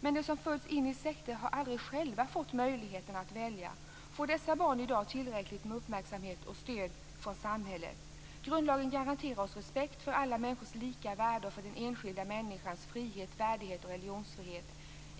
Men de som fötts in i sekter har aldrig själva fått möjligheten att välja. Får dessa barn i dag tillräckligt med uppmärksamhet och stöd från samhället? Grundlagen garanterar oss respekt för alla människors lika värde och för den enskilda människans frihet, värdighet och religionsfrihet.